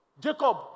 Jacob